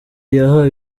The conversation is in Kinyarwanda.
yahawe